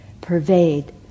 pervade